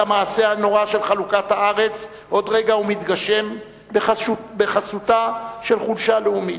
המעשה הנורא של חלוקת הארץ עוד רגע ומתגשם בחסותה של חולשה לאומית.